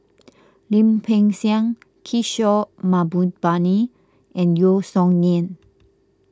Lim Peng Siang Kishore Mahbubani and Yeo Song Nian